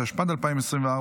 התשפ"ד 2024,